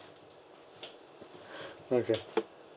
okay